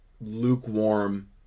lukewarm